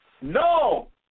No